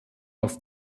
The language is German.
auf